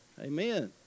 Amen